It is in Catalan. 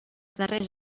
darrers